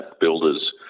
builders